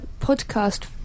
podcast